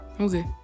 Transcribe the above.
Okay